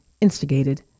instigated